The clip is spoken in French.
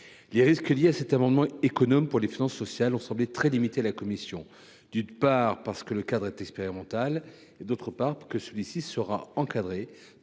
Les risques induits par cet amendement, économe pour les finances sociales, ont semblé très limités à la commission, d’une part, parce que le dispositif est expérimental et, d’autre part, parce qu’il sera encadré